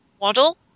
model